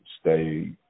stay